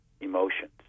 emotions